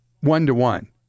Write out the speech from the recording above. one-to-one